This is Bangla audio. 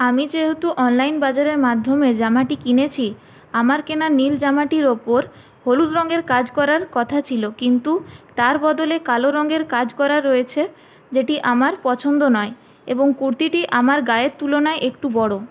আমি যেহেতু অনলাইন বাজারের মাধ্যমে জামাটি কিনেছি আমার কেনা নীল জামাটির ওপর হলুদ রঙের কাজ করার কথা ছিল কিন্তু তার বদলে কালো রঙের কাজ করা রয়েছে যেটি আমার পছন্দ নয় এবং কুর্তিটি আমার গায়ের তুলনায় একটু বড়